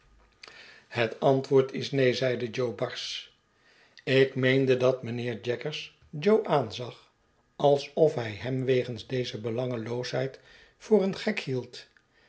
het antwoord is neen zeide jo barsch ik meende dat mijnheer jaggers jo aanzag alsof hij hem wegens deze belangeloosheid voor een gek hield